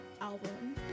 album